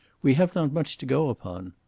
we have not much to go upon.